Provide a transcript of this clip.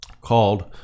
called